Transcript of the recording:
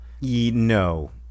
No